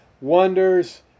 wonders